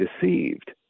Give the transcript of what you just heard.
deceived